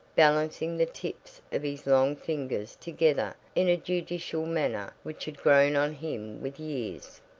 balancing the tips of his long fingers together in a judicial manner which had grown on him with years.